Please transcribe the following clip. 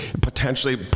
potentially